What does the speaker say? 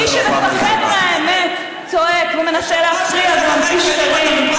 מי שמפחד מהאמת צועק, ומנסה להפריע, וממציא שקרים,